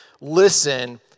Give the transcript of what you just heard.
listen